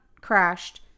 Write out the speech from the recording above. crashed